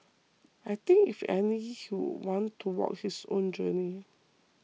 I think if anything he would want to walk his own journey